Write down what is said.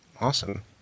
Awesome